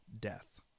death